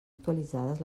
actualitzades